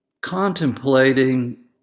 contemplating